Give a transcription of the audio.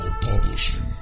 Publishing